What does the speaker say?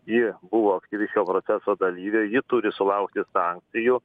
ji buvo aktyvi šio proceso dalyvė ji turi sulaukti sankcijų